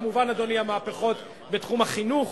כמובן, אדוני, המהפכות בתחום החינוך,